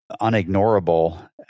unignorable